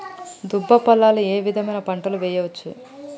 దుబ్బ పొలాల్లో ఏ విధమైన పంటలు వేయచ్చా?